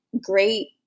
great